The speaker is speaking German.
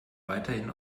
weiterhin